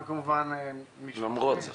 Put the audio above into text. למרות זאת.